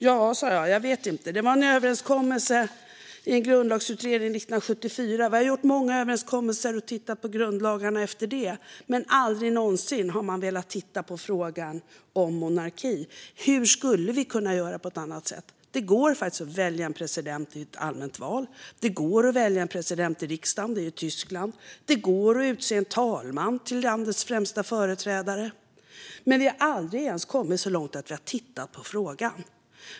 Ja, sa jag, jag vet inte - det var en överenskommelse i Grundlagsutredningen 1974. Vi har gjort många överenskommelser och tittat på grundlagarna efter det, men aldrig någonsin har man velat titta på frågan om monarkin. Hur skulle vi kunna göra på ett annat sätt? Det går faktiskt att välja en president i ett allmänt val. Det går att välja en president i riksdagen, som man gör i Tyskland. Det går att utse en talman till landets främsta företrädare. Men vi har aldrig ens kommit så långt att vi har tittat på frågan.